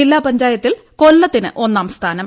ജില്ലാ പഞ്ചായത്തിൽ കൊല്ലത്തിന് ഒന്നാം സ്ഥാനം